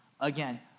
again